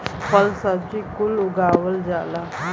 फल सब्जी कुल उगावल जाला